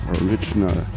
original